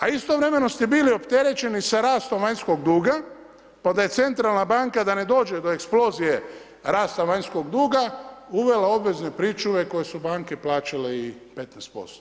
A istovremeno ste bili opterećeni sa rastom vanjskog duga, pa da je Centralna banka da ne dođe do eksplozije rasta vanjskog duga uvela obvezne pričuve koje su banke plaćale i 15%